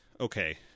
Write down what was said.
okay